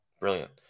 Brilliant